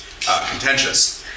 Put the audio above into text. contentious